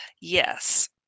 Yes